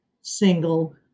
single